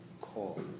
call